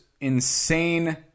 insane